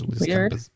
Weird